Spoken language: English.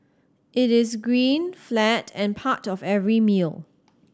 it is green flat and part of every meal